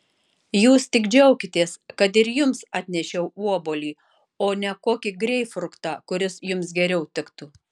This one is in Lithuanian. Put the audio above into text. jūs tik džiaukitės kad ir jums atnešiau obuolį o ne kokį greipfrutą kuris jums geriau tiktų